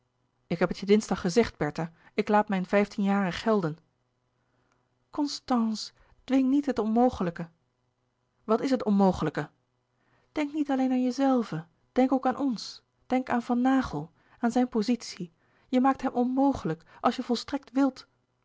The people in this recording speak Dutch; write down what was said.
ik heb het je dinsdag gezegd bertha ik laat mijn vijftien jaren gelden constance dwing niet het onmogelijke wat is het onmogelijke denk niet alleen aan jezelve denk ook aan ons denk aan van naghel aan zijn louis couperus de boeken der kleine zielen pozitie je maakt hem onmogelijk als je volstrekt wilt